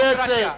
חברי הכנסת,